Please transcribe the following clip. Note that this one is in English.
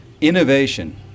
innovation